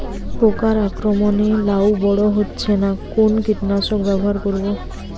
পোকার আক্রমণ এ লাউ বড় হচ্ছে না কোন কীটনাশক ব্যবহার করব?